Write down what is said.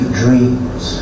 dreams